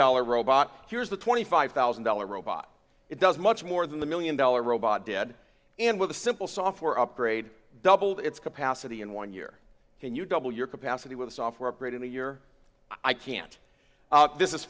dollars robot here's the twenty five thousand dollars robot it does much more than the one million dollars robot dead and with a simple software upgrade doubled its capacity in one year can you double your capacity with a software upgrade in a year i can't this is